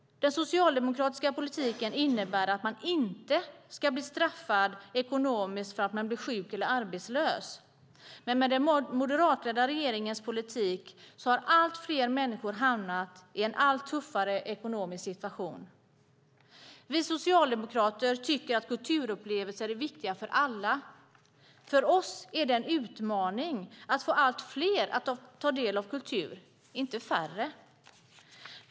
Den socialdemokratiska politiken innebär att man inte ska bli straffad ekonomiskt för att man blir sjuk eller arbetslös. Med den moderatledda regeringens politik har allt fler människor hamnat i en allt tuffare ekonomisk situation. Vi socialdemokrater tycker att kulturupplevelser är viktiga för alla. För oss är det en utmaning att få allt fler, inte färre, att ta del av kultur.